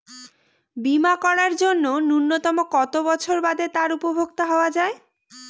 বীমা করার জন্য ন্যুনতম কত বছর বাদে তার উপভোক্তা হওয়া য়ায়?